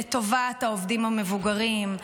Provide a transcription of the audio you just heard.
לטובת העובדים המבוגרים,